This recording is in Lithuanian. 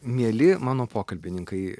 mieli mano pokalbininkai